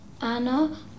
Anna